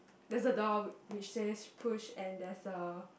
there's a door which says push and there's a